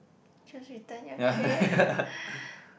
just return your tray